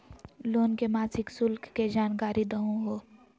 Loan के मासिक शुल्क के जानकारी दहु हो?